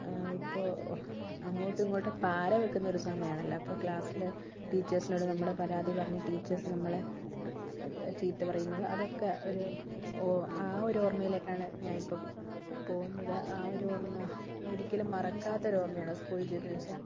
ഇപ്പോൾ അങ്ങോട്ടും ഇങ്ങോട്ടും പാര വയ്ക്കുന്ന ഒരു സമയമാണല്ലൊ അപ്പോൾ ക്ലാസ്സിലെ ടീച്ചേഴ്സിനോട് നമ്മളുടെ പരാതി പറഞ്ഞ് ടീച്ചേർസ് നമ്മളെ ചീത്ത പറയുന്നതും അതൊക്കെ ആ ഒരു ആ ഒരു ഓർമയിലേക്കാണ് ഞാൻ ഇപ്പോൾ പോകുന്നത് ആ ഒരു ഓർമ്മ ഒരിക്കലും മറക്കാത്തൊരു ഓർമയാണ് സ്കൂൾ ജീവിതം എന്ന് വെച്ചാൽ